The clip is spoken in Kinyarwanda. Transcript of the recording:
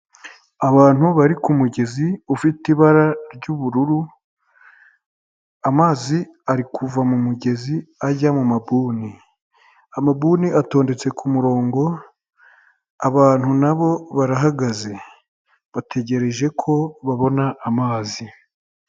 Abantu bari ku mugezi ufite ibara ry'ubururu, amazi ari kuva mu mugezi, ajya mu mabuni. Amabuni atondetse ku murongo, abantu na bo barahagaze. Bategereje ko babona amazi.